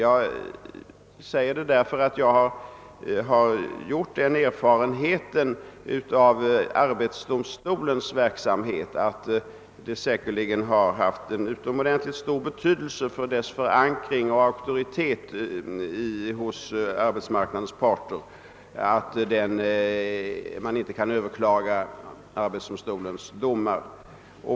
Jag säger detta därför att det enligt min erfarenhet har utomordentligt stor betydelse för arbetsdomstolens förankring och auktoritet hos arbetsmarknadens parter att arbetsdomstolens domar inte kan överklagas.